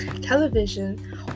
television